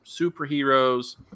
superheroes